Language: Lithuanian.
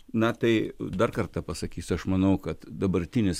na tai dar kartą pasakysiu aš manau kad dabartinis